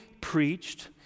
preached